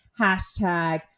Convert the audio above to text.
hashtag